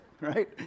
right